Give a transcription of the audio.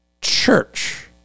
church